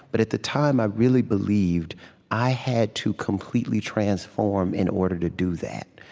but at the time, i really believed i had to completely transform in order to do that.